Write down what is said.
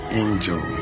angel